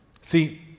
See